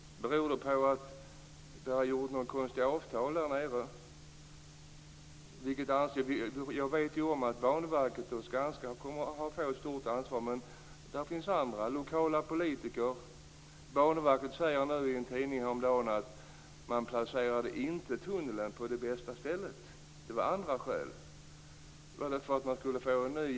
Berodde det på att det gjorts några konstiga avtal där nere? Jag vet att Banverket och Skanska har ett stort ansvar, men det finns också andra, t.ex. lokala politiker. Banverket sade i en tidning häromdagen att man inte placerade tunneln på bästa stället och att det fanns skäl till det.